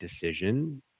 decision